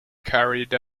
carried